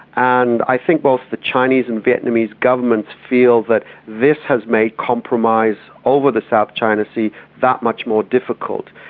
and i think both the chinese and vietnamese governments feel that this has made compromise over the south china sea that much more difficult,